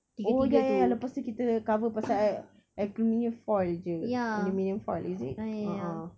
oh ya ya ya lepas tu kita cover pakai aluminium foil jer aluminium foil is it a'ah